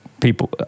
people